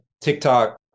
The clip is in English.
TikTok